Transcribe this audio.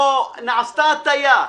או "נעשתה הטעיה"